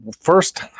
first